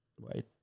wait